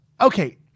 okay